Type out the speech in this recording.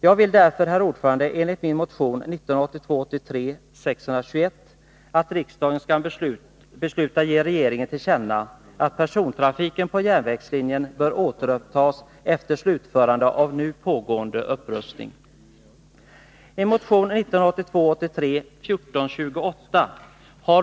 Jag vill därför, herr talman, i enlighet med min motion 1982/83:621, yrka att riksdagen skall besluta ge regeringen till känna att persontrafiken på järnvägslinjen bör återupptas efter slutförandet av nu pågående upprustning.